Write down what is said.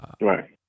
right